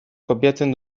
kopiatzen